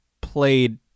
played